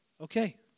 okay